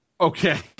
Okay